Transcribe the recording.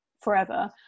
forever